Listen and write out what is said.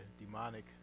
demonic